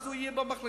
אז הוא יהיה במחלקה,